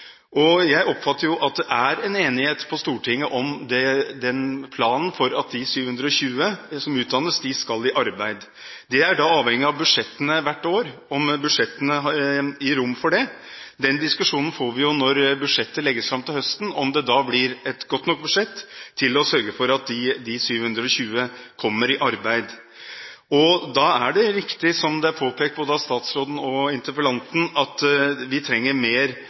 Det er avhengig av budsjettene hvert år – om budsjettene gir rom for det. Den diskusjonen får vi når budsjettet legges fram til høsten, om det blir et godt nok budsjett til å sørge for at de 720 kommer i arbeid. Det er riktig som det er påpekt både av statsråden og av interpellanten, at vi trenger mer